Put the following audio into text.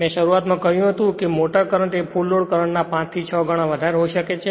મેં શરૂઆત માં કહ્યું હતું કે મોટર કરંટ એ ફુલ લોડ કરંટ ના 5 થી 6 ગણા વધારે હોઈ શકે છે